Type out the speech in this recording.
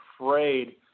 afraid